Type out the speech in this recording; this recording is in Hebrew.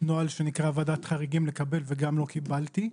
נוהל ועדת חריגים, וגם לא קיבלתי.